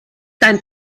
dein